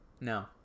No